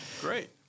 Great